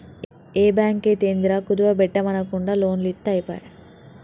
ఏ బాంకైతేందిరా, కుదువ బెట్టుమనకుంట లోన్లిత్తె ఐపాయె